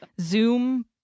zoom